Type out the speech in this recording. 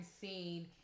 seen